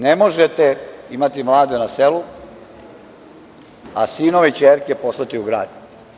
Ne možete imati mlade na selu, a sinove i kćerke poslati u grad.